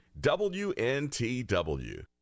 WNTW